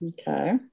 Okay